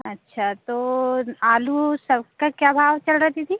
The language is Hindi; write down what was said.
अच्छा तो आलू सबका क्या भाव चल रहा दीदी